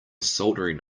soldering